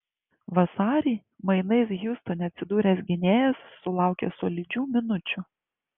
vasarį mainais hjustone atsidūręs gynėjas sulaukė solidžių minučių